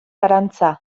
arantza